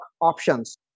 options